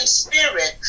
spirit